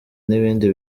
n’ibindi